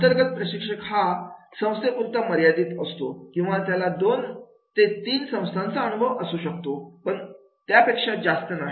अंतर्गत प्रशिक्षक हा एका संस्थे पुरता मर्यादित असतो किंवा त्याला दोन ते तीन संस्थांचा अनुभव असू शकतो पण त्यापेक्षा जास्त नाही